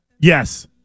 Yes